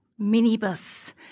minibus